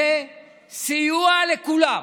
זה סיוע לכולם,